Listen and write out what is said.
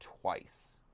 twice